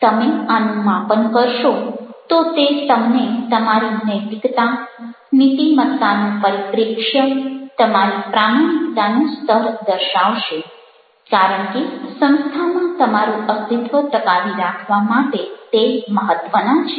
આથી જ તમે આનું માપન કરશો તો તે તમને તમારી નૈતિકતા નીતિમત્તાનો પરિપ્રેક્ષ્ય તમારી પ્રામાણિકતાનું સ્તર દર્શાવશે કારણ કે સંસ્થામાં તમારું અસ્તિત્વ ટકાવી રાખવા માટે તે મહત્વના છે